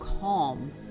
calm